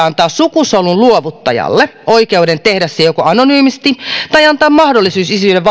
antaa sukusolun luovuttajalle oikeuden tehdä se anonyymisti ja antaa mahdollisuuden isyyden